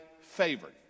favored